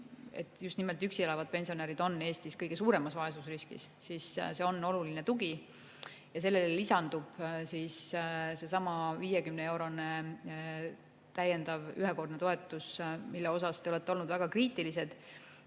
et just nimelt üksi elavad pensionärid on Eestis kõige suuremas vaesusriskis –, et see on oluline tugi. Sellele lisandub seesama ühekordne 50‑eurone toetus, mille suhtes te olete olnud väga kriitilised,